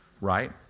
right